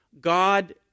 God